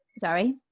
sorry